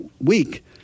week